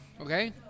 Okay